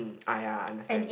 hmm ah ya I understand